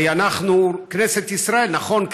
הרי אנחנו כנסת ישראל, נכון?